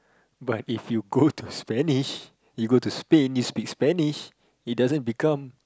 but if you go to Spanish you go to Spain you speak Spanish it doesn't become